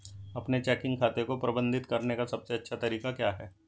अपने चेकिंग खाते को प्रबंधित करने का सबसे अच्छा तरीका क्या है?